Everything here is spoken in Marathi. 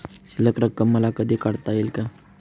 शिल्लक रक्कम मला कधी काढता येईल का?